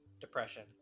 depression